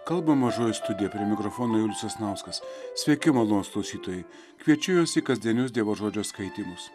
kalba mažoji studija prie mikrofono julius sasnauskas sveiki malonūs klausytojai kviečiu jus į kasdienius dievo žodžio skaitymus